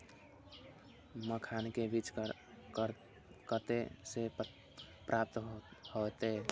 मखान के बीज कते से प्राप्त हैते?